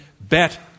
Bet